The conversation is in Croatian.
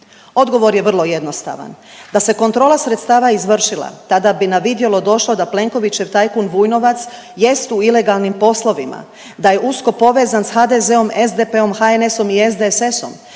Odgovor je vrlo jednostavan. Da se kontrola sredstava izvršila tada bi na vidjelo došlo da Plenkovićev tajkun Vujnovac jest u ilegalnim poslovima, da je usko povezan sa HDZ-om, SDP-om, HNS-om i SDSS-om,